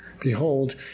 Behold